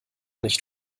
nicht